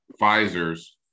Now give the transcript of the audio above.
Pfizer's